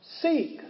seek